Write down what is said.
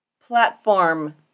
Platform